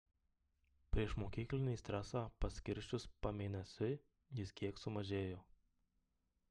priešmokyklinį stresą paskirsčius pamėnesiui jis kiek sumažėjo